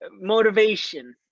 Motivation